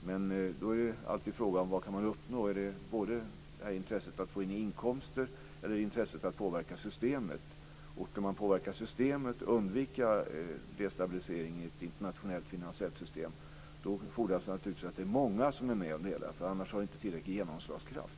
Men då är frågan alltid vad man kan uppnå. Är det fråga om intresset för att få in inkomster eller är det fråga om intresset för att påverka systemet? Ska man påverka systemet och undvika destabilisering i ett internationellt finansiellt system fordras det naturligtvis att det är många som är med om det hela, för annars har det inte tillräcklig genomslagskraft.